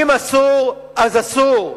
אם אסור אז אסור,